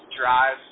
drive